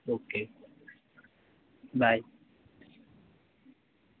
okay bye